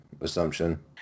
assumption